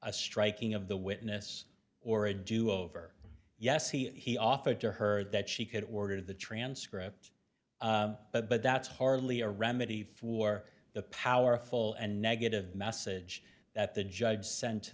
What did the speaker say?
a striking of the witness or a do over yes he offered to her that she could order the transcript but that's hardly a remedy for the powerful and negative message that the judge sent to